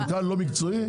מנכ"ל לא מקצועי?